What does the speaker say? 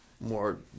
more